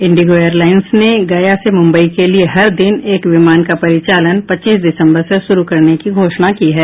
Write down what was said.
Indigo airlines ने गया से मुम्बई के लिये हर दिन एक विमान का परिचालन पच्चीस दिसंबर से शुरू करने की घोषणा की है